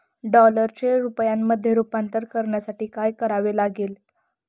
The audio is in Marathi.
डॉलरचे रुपयामध्ये रूपांतर करण्यासाठी काय करावे लागेल?